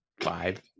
five